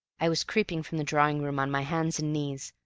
i was creeping from the drawing-room on my hands and knees,